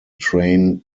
train